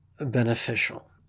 Beneficial